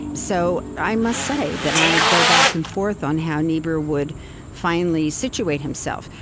so i must say that i go back and forth on how niebuhr would finally situate himself.